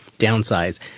downsize